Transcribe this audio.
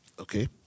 Okay